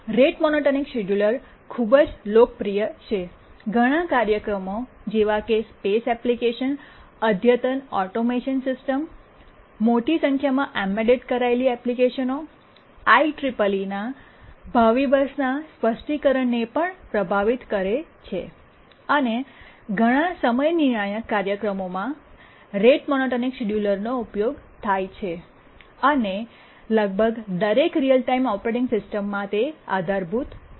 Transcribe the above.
rate monotonic scheduler ખૂબ જ લોકપ્રિય છેઘણા કાર્યક્રમો જેવા કે સ્પેસ એપ્લીકેશનઅદ્યતન ઓટોમેશન સિસ્ટમ્સમોટી સંખ્યામાં એમ્બેડ કરેલી એપ્લિકેશનોઆઇઇઇઇ ના ભાવિ બસના સ્પષ્ટીકરણને પણ પ્રભાવિત કરે છે અને ઘણા સમય નિર્ણાયક કાર્યક્રમોમાં રેટ મોનોટોનિક શેડ્યૂલરનો ઉપયોગ થાય છે અને લગભગ દરેક રીઅલ ટાઈમ ઓપરેટીંગ સિસ્ટમ માં આધારભૂત છે